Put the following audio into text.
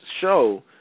show